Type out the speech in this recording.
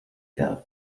الساعة